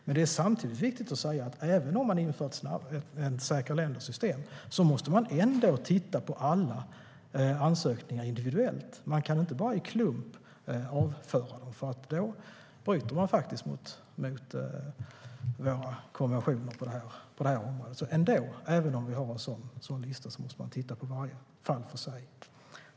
Samtidigt är det viktigt att säga att även om vi inför ett system med säkra länder måste vi ändå titta på alla ansökningar individuellt. Vi kan inte avföra dem i klump, för då bryter vi mot våra konventioner på området. Även om vi har en sådan lista måste vi alltså titta på varje fall för sig.